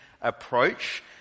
approach